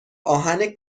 آهن